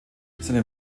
seinen